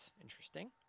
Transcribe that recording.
Interesting